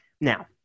Now